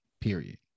period